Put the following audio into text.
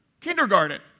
kindergarten